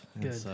Good